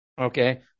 Okay